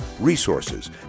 resources